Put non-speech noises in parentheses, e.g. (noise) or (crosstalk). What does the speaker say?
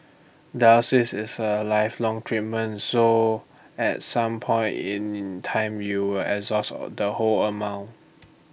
(unintelligible) is A lifelong treatment so at some point in time you will exhaust all the whole amount